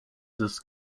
this